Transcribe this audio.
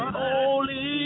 Holy